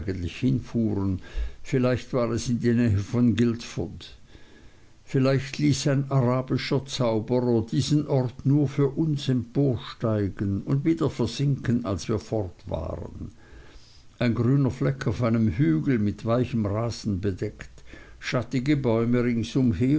hinfuhren vielleicht war es in die nähe von guildford vielleicht ließ ein arabischer zauberer diesen ort nur für uns emporsteigen und wieder versinken als wir fort waren ein grüner fleck auf einem hügel mit weichem rasen bedeckt schattige bäume rings